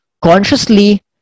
Consciously